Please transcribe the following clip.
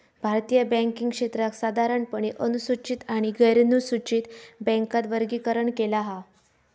भारतीय बॅन्किंग क्षेत्राक साधारणपणे अनुसूचित आणि गैरनुसूचित बॅन्कात वर्गीकरण केला हा